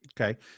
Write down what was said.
Okay